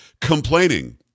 complaining